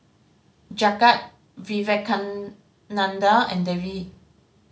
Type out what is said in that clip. Jagat Vivekananda and Devi